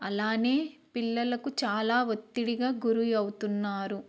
అలానే పిల్లలకు చాలా ఒత్తిడిగా గురి అవుతున్నారు